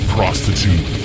Prostitute